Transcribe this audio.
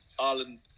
Alan